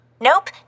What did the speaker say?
Nope